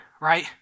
right